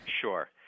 Sure